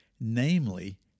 namely